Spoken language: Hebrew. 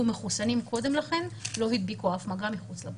מחוסנים קודם לכן לא הדביקו אף אדם מחוץ לבית.